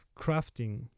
crafting